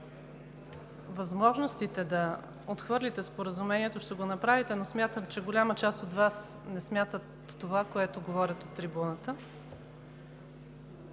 възможностите да отхвърлите Споразумението, ще го направите, но смятам, че голяма част от Вас не смятат това, което говорят от трибуната.